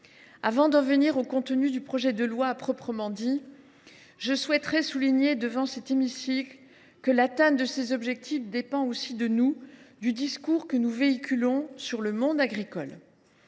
Avant d’en venir au contenu du projet de loi proprement dit, je tiens à souligner dans cet hémicycle que l’atteinte de ces objectifs dépend aussi de nous et du discours que nous véhiculons sur le monde agricole.